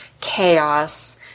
chaos